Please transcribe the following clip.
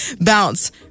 bounce